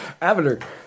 Avatar